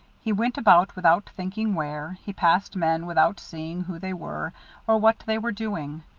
he went about without thinking where he passed men without seeing who they were or what they were doing.